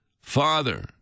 Father